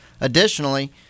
Additionally